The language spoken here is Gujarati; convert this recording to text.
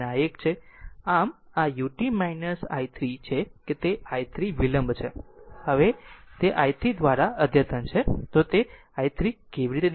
આમ આ u t i 3 છે કે તે i 3 વિલંબ છે હવે જો તે i 3 દ્વારા અદ્યતન છે તો તે i 3 કેવી દેખાશે